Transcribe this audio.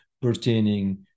Pertaining